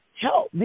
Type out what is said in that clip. help